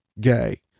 gay